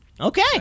Okay